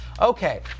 Okay